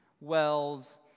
wells